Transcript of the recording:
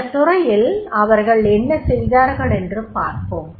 இந்தத் துறையில் அவர்கள் என்ன செய்தார்கள் என்று பார்ப்போம்